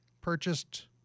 purchased